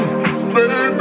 Baby